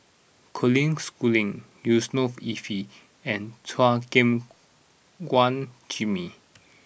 Colin Schooling Yusnor Ef and Chua Gim Guan Jimmy